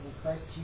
Christ